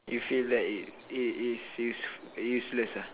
you feel that it it is use useless ah